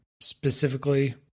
specifically